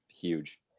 huge